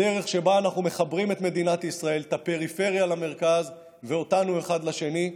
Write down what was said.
בדרך שבה אנחנו מחברים במדינת ישראל את הפריפריה למרכז ואותנו אחד לשני,